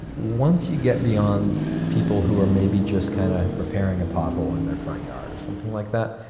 once you get beyond people who are maybe just kind of repairing a pothole in their front yard or something like that,